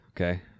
Okay